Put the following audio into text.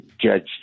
Judge